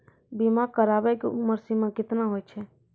बीमा कराबै के उमर सीमा केतना होय छै?